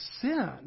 sin